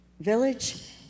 village